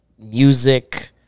music